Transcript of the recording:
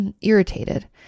irritated